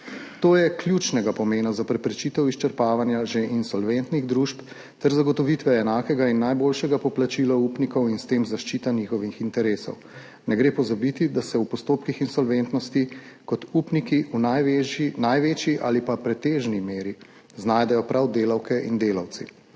To je ključnega pomena za preprečitev izčrpavanja že insolventnih družb ter zagotovitve enakega in najboljšega poplačila upnikov in s tem zaščita njihovih interesov. Ne gre pozabiti, da se v postopkih insolventnosti kot upniki v največji ali pa pretežni meri znajdejo prav delavke in delavci,